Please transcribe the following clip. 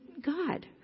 God